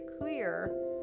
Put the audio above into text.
clear